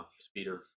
speeder